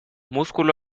músculo